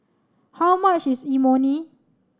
how much is Imoni